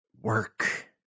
work